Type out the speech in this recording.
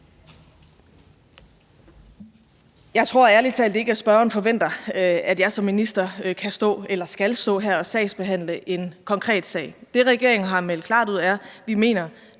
Jeg tror ærlig talt ikke, at spørgeren forventer, at jeg som minister kan eller skal stå her og sagsbehandle en konkret sag. Det, regeringen har meldt klart ud, er, at vi mener,